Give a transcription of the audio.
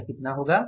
यह कितना होगा